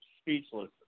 speechless